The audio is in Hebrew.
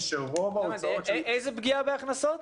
איזה פגיעה בהכנסות?